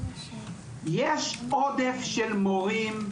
יש עודף של מורים,